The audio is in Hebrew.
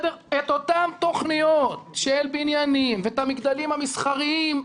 אותן תוכניות של בניינים ומגדלים מסחריים,